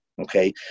okay